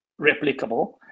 replicable